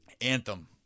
Anthem